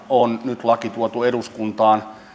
on nyt laki tuotu eduskuntaan